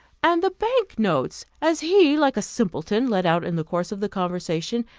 and the bank-notes, as he, like a simpleton, let out in the course of the conversation,